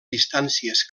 distàncies